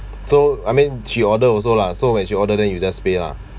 so I mean she order also lah so when she order then you just pay lah